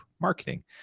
marketing